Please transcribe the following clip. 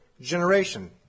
generation